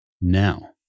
Now